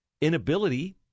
inability